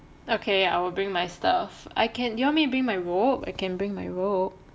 okay I will bring my stuff I can do you want me to bring my rope I can bring my rope